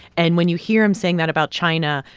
and when you hear him saying that about china,